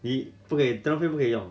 你不给他会不会用